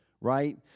right